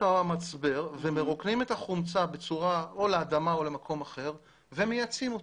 המצבר ומרוקנים את החומצה או לאדמה או למקום אחר ומייצאים אותו,